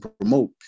promote